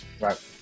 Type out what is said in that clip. Right